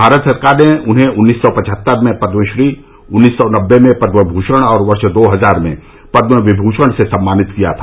भारत सरकार ने उन्हें उन्नीस सौ पचहत्तर में पद्मश्री उन्नीस सौ नब्बे में पद्म भूषण और वर्ष दो हजार में पद्म विभूषण से सम्मानित किया था